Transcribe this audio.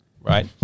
Right